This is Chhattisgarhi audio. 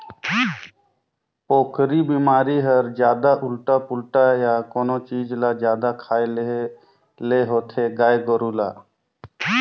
पोकरी बेमारी हर जादा उल्टा पुल्टा य कोनो चीज ल जादा खाए लेहे ले होथे गाय गोरु ल